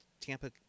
Tampa